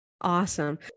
Awesome